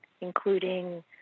including